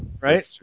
Right